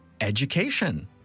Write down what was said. Education